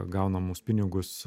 gaunamus pinigus